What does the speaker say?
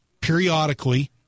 Periodically